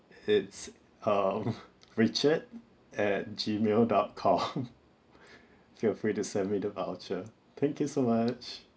it's um richard at gmail dot com feel free to send me the voucher thank you so much